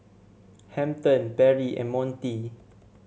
Hampton Perri and Montie